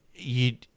You